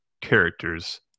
characters